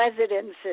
residences